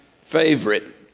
favorite